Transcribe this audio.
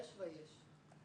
יש ויש.